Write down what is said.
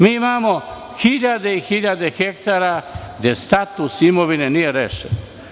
Mi imamo hiljade i hiljade hektara gde status imovine nije rešen.